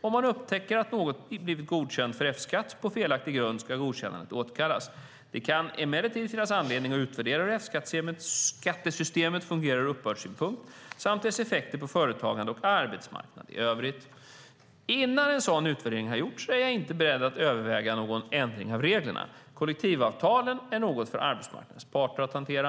Om man upptäcker att någon blivit godkänd för F-skatt på felaktiga grunder ska godkännandet återkallas. Det kan emellertid finnas anledning att utvärdera hur F-skattesystemet fungerar ur uppbördssynpunkt samt dess effekter på företagande och arbetsmarknad i övrigt. Innan en sådan utvärdering har gjorts är jag inte beredd att överväga någon ändring av reglerna. Kollektivavtalen är något för arbetsmarknadens parter att hantera.